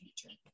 future